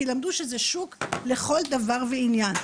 כי למדו שזה שוק לכל דבר ועניין.